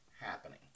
happening